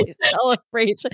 celebration